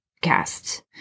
cast